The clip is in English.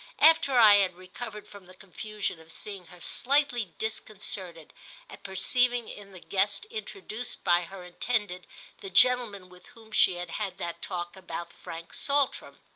after i had recovered from the confusion of seeing her slightly disconcerted at perceiving in the guest introduced by her intended the gentleman with whom she had had that talk about frank saltram.